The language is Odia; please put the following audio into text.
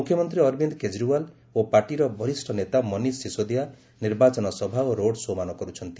ମୁଖ୍ୟମନ୍ତ୍ରୀ ଅରବିନ୍ଦ କେଜରିୱାଲ ଓ ପାର୍ଟିର ବରିଷ୍ଣ ନେତା ମନୀଷ ସିଶୋଦିଆ ନିର୍ବାଚନ ସଭା ଓ ରୋଡ୍ଶୋମାନ କରୁଛନ୍ତି